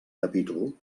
capítol